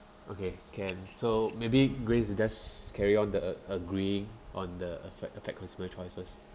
okay can so maybe grace you just carry on the a~ agree on the affe~ affect consumer choices